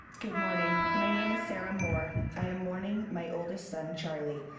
good morning, my name is sarah moore. i am mourning my oldest son, charlie.